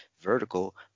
vertical